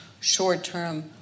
short-term